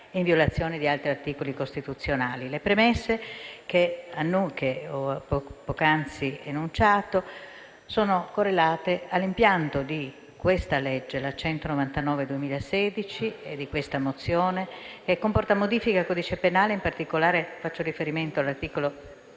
Le premesse che ho poc'anzi enunciato sono correlate all'impianto della legge n. 199 del 2016, che comporta modifiche al codice penale; in particolare, faccio riferimento all'articolo